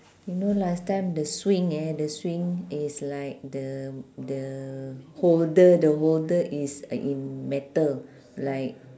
you know last time the swing eh the swing is like the the holder the holder is in metal like